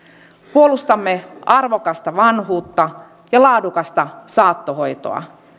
puolustamme arvokasta vanhuutta ja laadukasta saattohoitoa